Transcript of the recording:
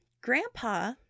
grandpa